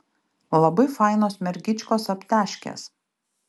labai fainos mergyčkos aptežkės